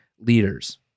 leaders